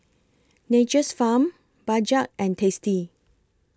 Nature's Farm Bajaj and tasty